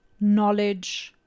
knowledge